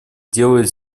делает